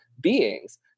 beings